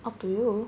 up to you